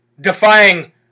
defying